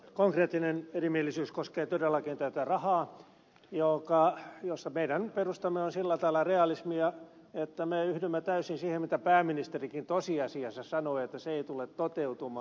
konkreettinen erimielisyys koskee todellakin tätä rahaa ja siinä meidän perustamme on sillä tavalla realismia että me yhdymme täysin siihen mitä pääministerikin tosiasiassa sanoi että se ei tule toteutumaan